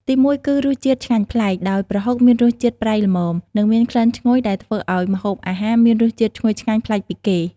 ទីមួយ គឺ រសជាតិឆ្ងាញ់ប្លែក ដោយប្រហុកមានរសជាតិប្រៃល្មម និងមានក្លិនឈ្ងុយដែលធ្វើឱ្យម្ហូបអាហារមានរសជាតិឈ្ងុយឆ្ងាញ់ប្លែកពីគេ។